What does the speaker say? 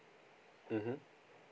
mmhmm